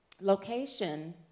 Location